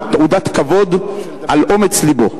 תעודת כבוד על אומץ לבו.